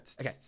Okay